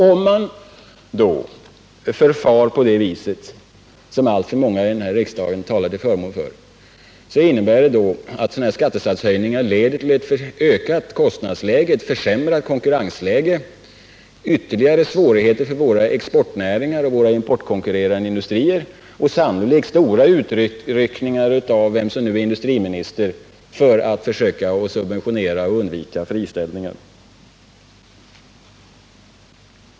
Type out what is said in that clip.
Om man förfar på det viset, som alltför många i den här debatten talar till förmån för, innebär det att skattesatshöjningar leder till ett ökat kostnadsläge, ett försämrat konkurrensläge, ytterligare svårigheter för våra exportindustrier och våra importkonkurrerande industrier, och sannolikt stora utryckningar av den som nu är industriminister för att försöka subventionera och undvika friställningar.